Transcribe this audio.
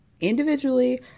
individually